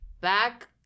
back